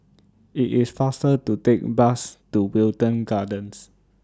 IT IS faster to Take The Bus to Wilton Gardens